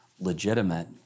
legitimate